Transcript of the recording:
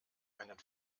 einen